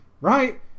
Right